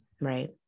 right